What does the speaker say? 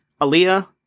Aaliyah